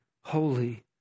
holy